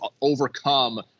overcome